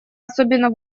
особенно